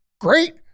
Great